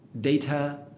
data